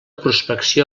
prospecció